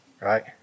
Right